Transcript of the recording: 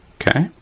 okay,